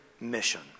mission